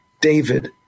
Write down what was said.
David